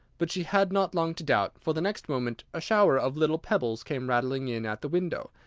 but she had not long to doubt, for the next moment a shower of little pebbles came rattling in at the window,